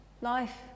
life